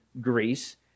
Greece